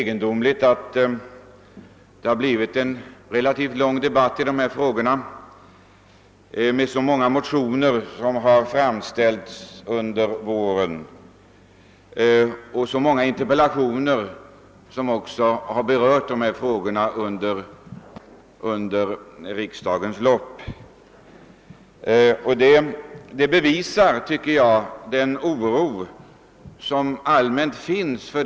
Med hänsyn till de många motioner som väckts under våren och de många interpellationer som berört dessa frågor under denna riksdag är det kanske inte så underligt ait vi nu har fåti en relativt lång debatt om trafikfrågorna.